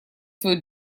твой